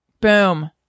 Boom